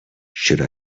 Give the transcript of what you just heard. should